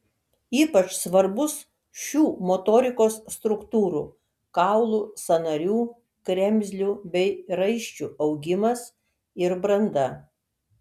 ypač svarbus šių motorikos struktūrų kaulų sąnarių kremzlių bei raiščių augimas ir branda